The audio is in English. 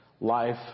life